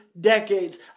decades